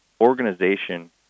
organization